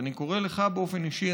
ואני קורא לך באופן אישי,